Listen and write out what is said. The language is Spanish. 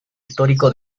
histórico